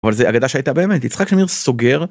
אבל זה אגדה שהייתה באמת יצחק שמיר סוגר.